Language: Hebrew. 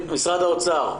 מצוין.